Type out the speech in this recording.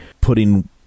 putting